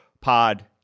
pod